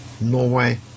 Norway